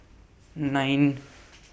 nine